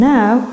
Now